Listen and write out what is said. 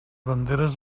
banderes